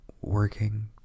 working